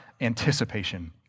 anticipation